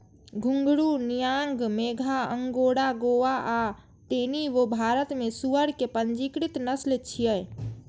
घूंघरू, नियांग मेघा, अगोंडा गोवा आ टेनी वो भारत मे सुअर के पंजीकृत नस्ल छियै